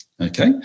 okay